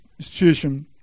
situation